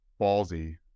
ballsy